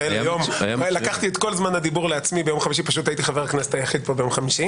הייתי חבר הכנסת היחיד פה ביום חמישי